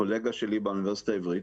קולגה שלי באוניברסיטה העברית,